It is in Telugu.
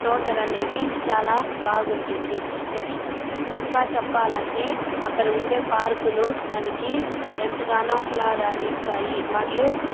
తోటలనేవి చాలా బాగుంటుంది నెక్స్ట్ ఇంకా చెప్పాలంటే అక్కడ ఉండే పార్కులు మనకి ఎంతగానో ఆహ్లాదాన్ని ఇస్తాయి మరియు